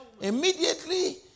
Immediately